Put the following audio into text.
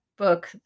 book